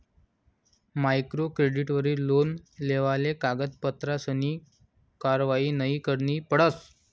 micro क्रेडिटवरी loan लेवाले कागदपत्रसनी कारवायी नयी करणी पडस